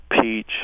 peach